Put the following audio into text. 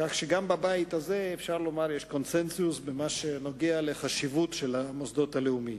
כך שגם בבית הזה יש קונסנזוס במה שנוגע לחשיבות של המוסדות הלאומיים.